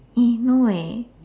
eh no leh